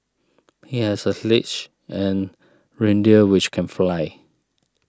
he has a sleigh and reindeer which can fly